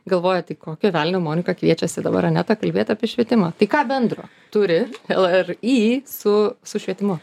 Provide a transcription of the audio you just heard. galvoja tai kokio velnio monika kviečiasi dabar ar ne tą kalbėt apie švietimą tai ką bendro turi lri su su švietimu